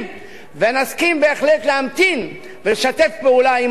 ונסכים בהחלט להמתין ולשתף פעולה עם הממשלה.